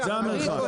זה המרחק,